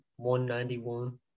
191